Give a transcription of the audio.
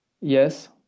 Yes